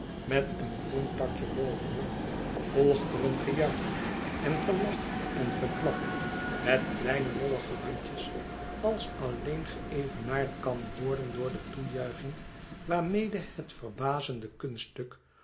met een groen takje bovenop volgt er een gejuich en gelach en geklap met kieine mollige handjes als alleen geevenaard kan worden door de toejuiching waarmede het verbazende